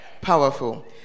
Powerful